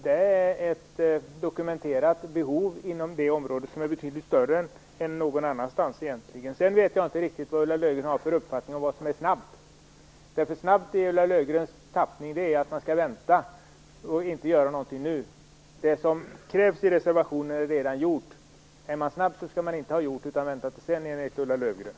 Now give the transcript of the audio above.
Det finns ett dokumenterat behov inom det området som är betydligt större än någon annanstans. Jag vet inte riktigt vad Ulla Löfgren har för uppfattning om vad som är snabbt. I hennes tappning betyder snabbt att man skall vänta, och inte göra någonting nu. Det som krävs i reservationen är redan gjort. Är man snabb skall man inte redan ha gjort det, utan vänta till sedan, enligt Ulla Löfgren.